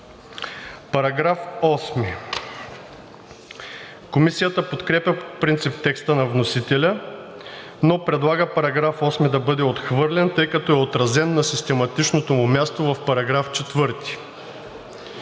градски съд.“ Комисията подкрепя по принцип текста на вносителя, но предлага § 8 да бъде отхвърлен, тъй като е отразен на систематичното му място в § 4.